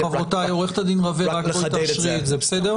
נכון.